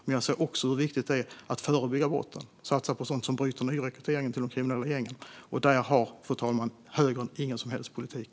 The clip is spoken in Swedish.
Men jag ser också hur viktigt det är att förebygga brott och satsa på sådant som bryter nyrekryteringen till de kriminella gängen, och här har, fru talman, högern ingen som helst politik.